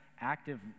active